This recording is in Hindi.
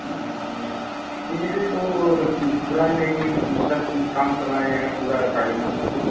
नहीं नहीं कि जैसे कि वह पूरा जो है कि सब काम करवाया जाएगा पूरा साढ़े नौ से तो